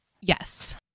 Yes